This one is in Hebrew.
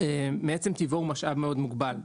מעצם טבעו הוא משאב מאוד מוגבל,